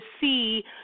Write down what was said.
see